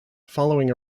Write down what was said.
following